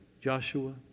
Joshua